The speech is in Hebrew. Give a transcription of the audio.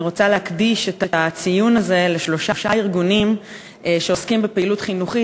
אני רוצה להקדיש את הציון הזה לשלושה ארגונים שעוסקים בפעילות חינוכית